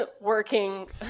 working